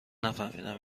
نفهمیدم